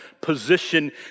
position